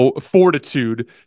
fortitude